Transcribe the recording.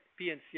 PNC